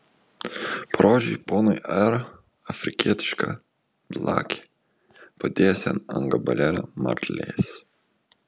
parodžiau ponui r afrikietišką blakę padėjęs ją ant gabalėlio marlės